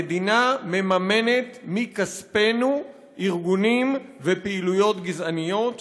המדינה מממנת מכספנו ארגונים ופעילויות גזעניות.